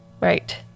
Right